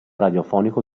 radiofonico